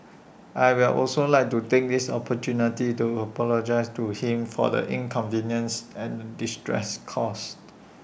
I will also like to take this opportunity to apologise to him for the inconveniences and distress caused